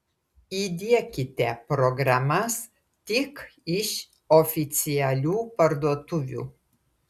įdiekite programas tik iš oficialių parduotuvių